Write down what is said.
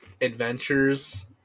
Adventures